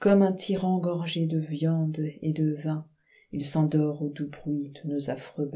comme un tyran gorgé de viande et de vins il s'endort au doux bruit de nos affreux